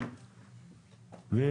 הווה